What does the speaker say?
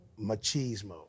machismo